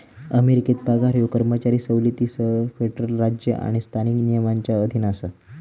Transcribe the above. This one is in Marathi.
अमेरिकेत पगार ह्यो कर्मचारी सवलतींसह फेडरल राज्य आणि स्थानिक नियमांच्या अधीन असा